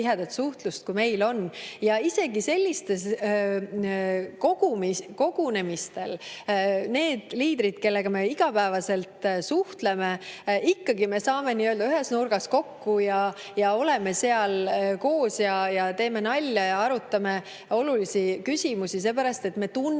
suhtlust, kui meil on. Isegi sellistel kogunemistel nende liidritega, kellega me igapäevaselt suhtleme, me saame nii-öelda ühes nurgas kokku ja oleme seal koos ja teeme nalja ja arutame olulisi küsimusi, seepärast, et me tunneme